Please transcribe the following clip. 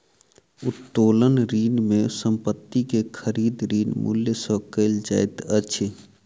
उत्तोलन ऋण में संपत्ति के खरीद, ऋण मूल्य सॅ कयल जाइत अछि